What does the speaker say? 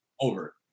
over